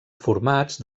formats